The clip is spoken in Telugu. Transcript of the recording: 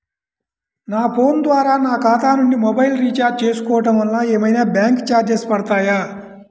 నా ఫోన్ ద్వారా నా ఖాతా నుండి మొబైల్ రీఛార్జ్ చేసుకోవటం వలన ఏమైనా బ్యాంకు చార్జెస్ పడతాయా?